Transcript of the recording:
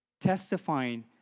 testifying